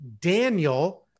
Daniel